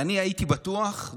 ואני הייתי בטוח,